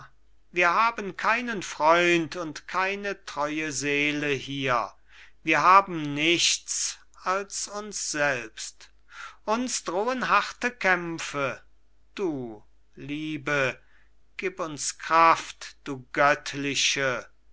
wir haben keinen freund und keine treue seele hier wir haben nichts als uns selbst uns drohen harte kämpfe du liebe gib uns kraft du göttliche